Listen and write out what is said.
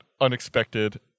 unexpected